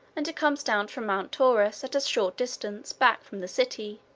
and it comes down from mount taurus at a short distance back from the city.